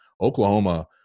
Oklahoma